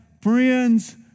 friends